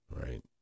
right